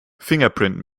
fingerprint